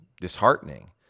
disheartening